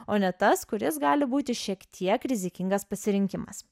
o ne tas kuris gali būti šiek tiek rizikingas pasirinkimas